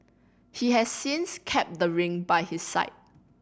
he has since kept the ring by his side